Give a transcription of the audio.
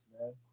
man